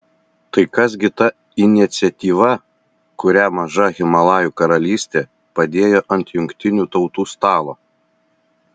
tai kas gi ta iniciatyva kurią maža himalajų karalystė padėjo ant jungtinių tautų stalo